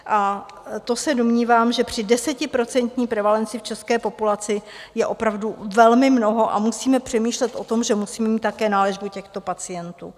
A to se domnívám, že při desetiprocentní prevalenci v české populaci je opravdu velmi mnoho a musíme přemýšlet o tom, že musíme mít také na léčbu těchto pacientů.